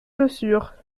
chaussures